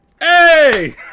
Hey